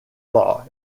law